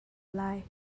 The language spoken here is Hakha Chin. lai